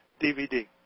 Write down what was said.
DVD